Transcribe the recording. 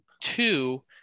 two